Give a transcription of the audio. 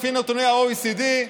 לפי נתוני ה-OECD,